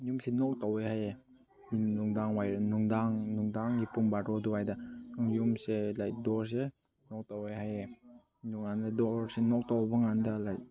ꯌꯨꯝꯁꯦ ꯅꯣꯛ ꯇꯧꯋꯦ ꯍꯥꯏꯌꯦ ꯅꯨꯡꯗꯥꯡꯋꯥꯏꯔꯝ ꯅꯨꯡꯗꯥꯡ ꯅꯨꯡꯗꯥꯡꯒꯤ ꯄꯨꯡ ꯕꯥꯔꯣ ꯑꯗꯨꯋꯥꯏꯗ ꯌꯨꯝꯁꯦ ꯂꯥꯏꯛ ꯗꯣꯔꯁꯦ ꯅꯣꯛ ꯇꯧꯋꯦ ꯍꯥꯏꯌꯦ ꯑꯗꯨꯀꯥꯟꯗ ꯗꯣꯔꯁꯦ ꯅꯣꯛ ꯇꯧꯕꯀꯥꯟꯗ ꯂꯥꯏꯛ